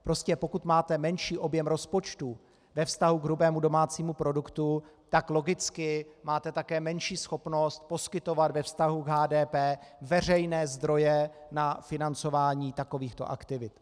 Prostě pokud máte menší objem rozpočtu ve vztahu k hrubému domácímu produktu, tak logicky také máte menší schopnost poskytovat ve vztahu HDP veřejné zdroje na financování takovýchto aktivit.